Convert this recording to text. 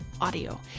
audio